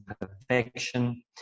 perfection